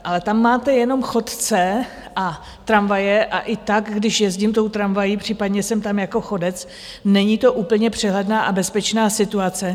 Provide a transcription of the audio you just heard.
Ale tam máte jenom chodce a tramvaje, a i tak, když jezdím tou tramvají, případně jsem tam jako chodec, není to úplně přehledná a bezpečná situace.